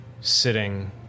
sitting